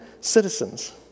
citizens